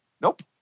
Nope